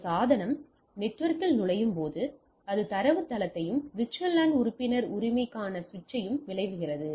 ஒரு சாதனம் நெட்வொர்க்கில் நுழையும் போது அது தரவுத்தளத்தையும் VLAN உறுப்பினர் உரிமைக்கான சுவிட்சையும் வினவுகிறது